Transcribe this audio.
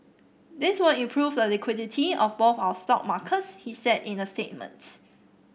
this will improve the liquidity of both our stock markets he said in a statements